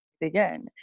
again